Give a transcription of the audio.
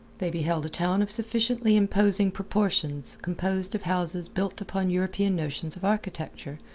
they beheld a town of sufficiently imposing proportions composed of houses built upon european notions of architecture,